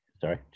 Sorry